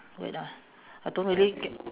wait ah I don't really ge~